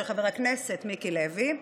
של חבר הכנסת מיקי לוי,